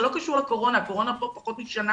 זה לא קשור לקורונה, הקורונה פה פחות משנה.